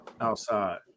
outside